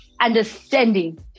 understanding